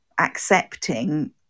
accepting